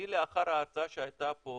לאחר ההרצאה שהייתה פה